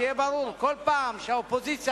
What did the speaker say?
שיהיה ברור: כל פעם שהאופוזיציה,